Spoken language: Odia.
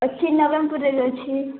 ଅଛି ଅଛି